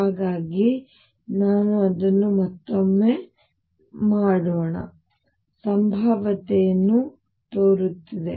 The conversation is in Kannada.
ಹಾಗಾಗಿ ನಾನು ಅದನ್ನು ಮತ್ತೊಮ್ಮೆ ಮಾಡೋಣ ಸಂಭಾವ್ಯತೆಯು ತೋರುತ್ತಿದೆ